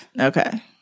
Okay